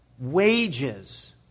wages